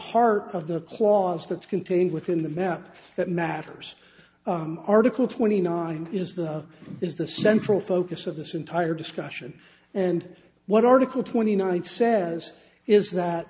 heart of the clause that's contained within the map that matters article twenty nine is that is the central focus of this entire discussion and what article twenty nine says is that